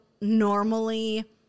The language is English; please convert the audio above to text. normally